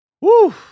Woo